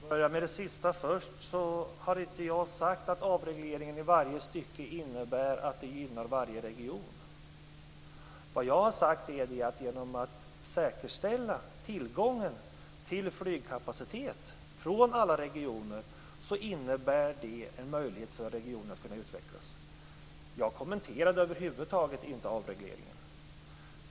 Fru talman! Jag börjar med det sista först. Jag har inte sagt att avregleringen i varje stycke innebär att det gynnar varje region. Vad jag har sagt är att man genom att säkerställa tillgången till flygkapacitet från alla regioner ger en möjlighet för regionerna att kunna utvecklas. Jag kommenterade över huvud taget inte avregleringen.